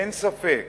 אין ספק